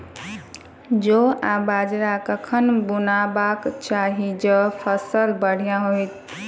जौ आ बाजरा कखन बुनबाक चाहि जँ फसल बढ़िया होइत?